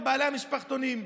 לבעלי המשפחתונים.